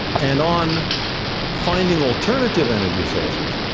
and on finding alternative energy sources,